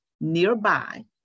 nearby